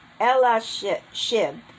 Elashib